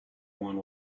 wine